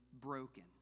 broken